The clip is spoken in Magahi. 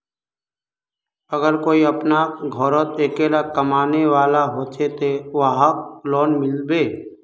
अगर कोई अपना घोरोत अकेला कमाने वाला होचे ते वहाक लोन मिलबे?